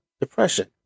depression